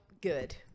good